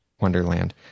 Wonderland